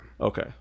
Okay